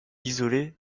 isolés